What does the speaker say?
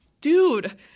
dude